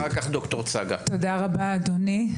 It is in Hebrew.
תודה רבה, אדוני.